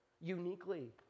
uniquely